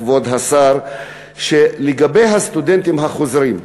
כבוד השר, לגבי הסטודנטים החוזרים.